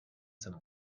some